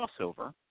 crossover